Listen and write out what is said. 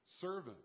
servant